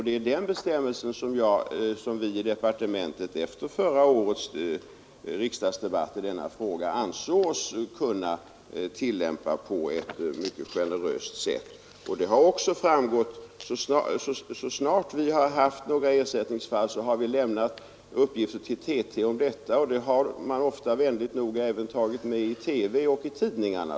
Det är den bestämmelsen som vi i departementet efter förra årets riksdagsdebatt i denna fråga ansåg oss kunna tillämpa på ett mycket generöst sätt. Så snart vi har haft några ersättningsfall har vi lämnat uppgifter därom till TT, och vänligt nog har man även nämnt dessa i TV och i tidningarna.